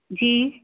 जी